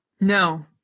No